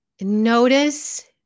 notice